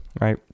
right